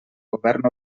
govern